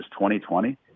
2020